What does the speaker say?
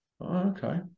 Okay